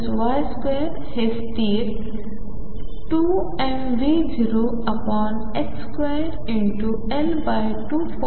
तर X2Y2 हे स्थिर 2mV02L22